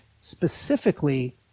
specifically